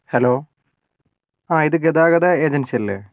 hello ആ ഇത് ഗതാഗത ഏജൻസി അല്ലേ